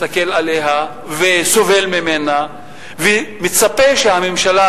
מסתכל עליה וסובל ממנה ומצפה שהממשלה,